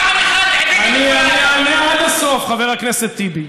פעם אחת, אני אענה עד הסוף, חבר הכנסת טיבי.